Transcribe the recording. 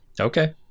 Okay